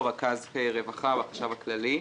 אני רכז רווחה בחשב הכללי.